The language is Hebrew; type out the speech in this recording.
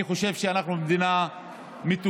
אני חושב שאנחנו מדינה מתוקנת,